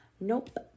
Nope